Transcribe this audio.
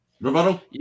Rebuttal